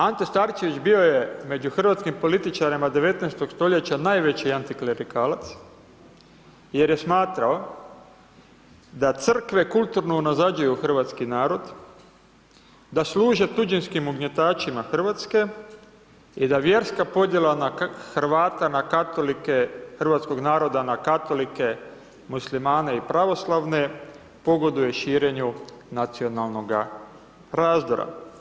Ante Starčević bio je među hrvatskim političarima 19. stoljeća najveći antiklerikalac, jer je smatrao da crkve kulturno unazađuju hrvatski narod, da služe tuđinskim ugnjetačima Hrvatske i da vjerska podjela Hrvata na katolike, hrvatskog naroda na katolike, muslimane i pravoslavne pogoduje širenju nacionalnoga razdora.